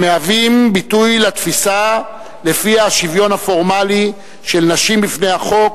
הם מהווים ביטוי לתפיסה שלפיה השוויון הפורמלי של נשים בפני החוק